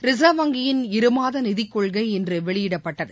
reserve வங்கியின் இருமாதநிதிக்கொள்கை இன்றுவெளியிடப்பட்டது